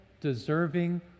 deserving